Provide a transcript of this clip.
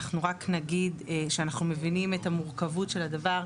אני רק אגיד שאנחנו מבינים את המורכבות של הדבר,